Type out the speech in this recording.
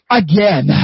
again